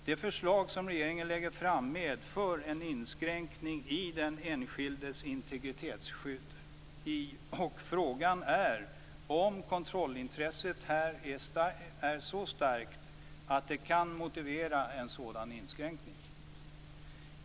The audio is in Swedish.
De förslag som regeringen lägger fram medför en inskränkning i den enskildes integritetsskydd. Frågan är om kontrollintresset är så starkt att det kan motivera en sådan inskränkning.